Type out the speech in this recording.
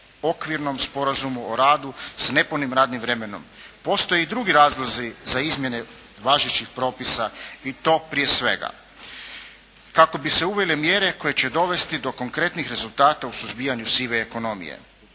okvirnom sporazumu o radu s nepunim radnim vremenom. Postoje i drugi razlozi za izmjene važećih propisa i to prije svega kako bi se uvele mjere koje će dovesti do konkretnih rezultata u suzbijanju sive ekonomije,